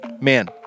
Man